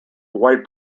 white